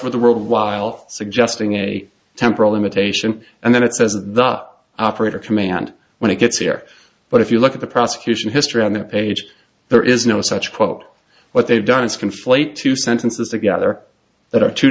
with the world while suggesting a temporal limitation and then it says that the operator command when it gets here but if you look at the prosecution history on that page there is no such quote what they've done is conflate two sentences together that are two